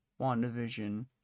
WandaVision